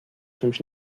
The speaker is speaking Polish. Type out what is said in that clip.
czymś